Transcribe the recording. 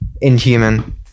inhuman